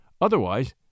Otherwise